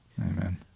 amen